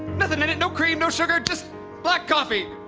nothing in it. no cream. no sugar. just black coffee!